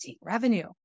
revenue